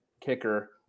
kicker